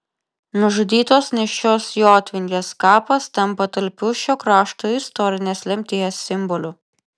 nužudytos nėščios jotvingės kapas tampa talpiu šio krašto istorinės lemties simboliu